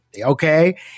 Okay